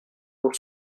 pour